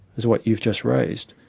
as what you've just raised.